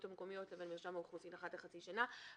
המקומיות לבין רשם האוכלוסין אחת לחצי שנה,